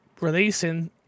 releasing